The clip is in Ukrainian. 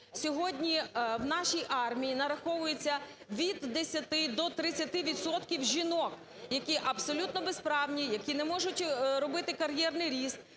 Сьогодні в нашій армії нараховується від 10 до 30 відсотків жінок, які абсолютно безправні, які не можуть робити кар'єрний ріст,